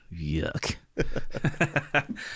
Yuck